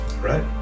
right